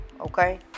okay